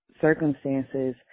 circumstances